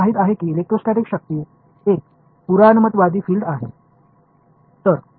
எனவே எடுத்துக்காட்டாக electrostatic force என்பது ஒரு கன்சர்வேட்டிவ் பீல்டு என்பதை நாம் அறிவோம்